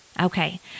Okay